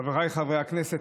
חבריי חברי הכנסת,